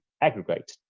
aggregate